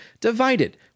divided